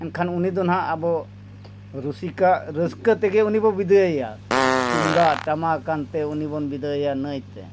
ᱮᱱᱠᱷᱟᱱ ᱩᱱᱤ ᱫᱚ ᱦᱟᱸᱜ ᱟᱵᱚ ᱨᱩᱥᱤᱠᱟ ᱨᱟᱹᱥᱠᱟᱹ ᱛᱮᱜᱮ ᱩᱱᱤ ᱵᱚ ᱵᱤᱫᱟᱹᱭᱮᱭᱟ ᱛᱩᱢᱫᱟᱜ ᱴᱟᱢᱟᱠᱟᱱ ᱛᱮ ᱩᱱᱤ ᱵᱚᱱ ᱵᱤᱫᱟᱹᱭᱮᱭᱟ ᱱᱟᱹᱭ ᱛᱮ